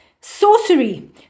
sorcery